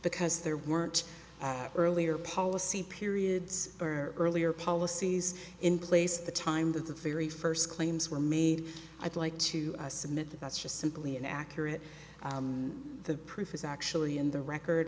because there weren't earlier policy periods or earlier policies in place at the time that the very first claims were made i'd like to submit that that's just simply inaccurate the proof is actually in the record